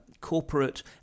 corporate